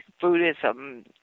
Buddhism